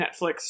Netflix